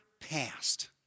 past